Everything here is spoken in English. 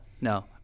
no